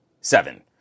Seven